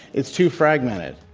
it's too fragmented.